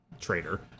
traitor